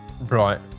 Right